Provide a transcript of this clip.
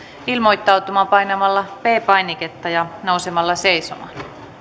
ilmoittautumaan painamalla p painiketta ja nousemalla seisomaan ensimmäinen kysymys